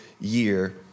year